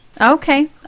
Okay